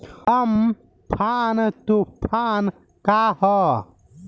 Amphan तुफान का ह?